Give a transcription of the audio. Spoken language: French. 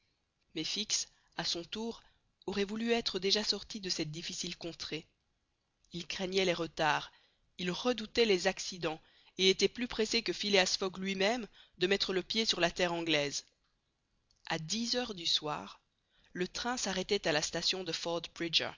mais fix à son tour aurait voulu être déjà sorti de cette difficile contrée il craignait les retards il redoutait les accidents et était plus pressé que phileas fogg lui-même de mettre le pied sur la terre anglaise a dix heures du soir le train s'arrêtait à la station de